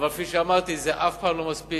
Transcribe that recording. אבל כפי שאמרתי, זה אף פעם לא מספיק.